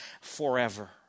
forever